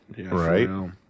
Right